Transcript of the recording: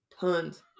tons